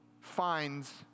finds